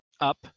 up